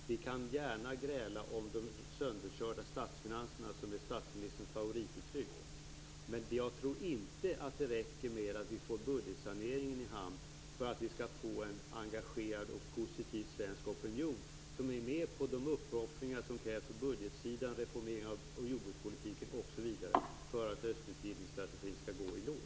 Vi kan gärna gräla om de sönderkörda statsfinanserna - det är ju statsministerns favorituttryck - men jag tror inte att det räcker med att vi får budgetsaneringen i hamn för att vi skall få en engagerad och positiv svensk opinion som är med på de uppoffringar som krävs på budgetsidan, t.ex. en reformering av jordbrukspolitiken osv., för att östutvidgningsstrategin skall gå i lås.